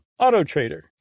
AutoTrader